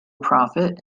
prophet